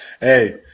Hey